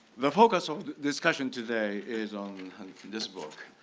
the focus of the discussion today is on this book,